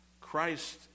Christ